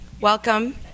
Welcome